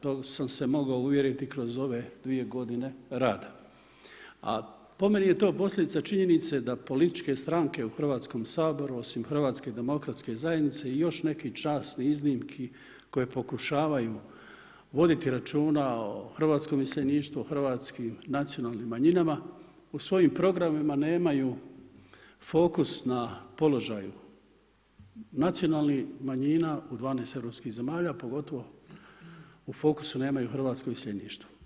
To sam se mogao uvjeriti kroz ove dvije godine rada, a po meni je to posljedica činjenice da političke stranke u Hrvatskom saboru osim Hrvatske demokratske zajednice i još nekih časnih iznimki koje pokušavaju voditi računa o hrvatskom iseljeništvu, hrvatskim nacionalnim manjinama u svojim programima nemaju fokus na položaju nacionalnih manjina u 12 europskih zemalja, pogotovo u fokusu nemaju hrvatsko iseljeništvo.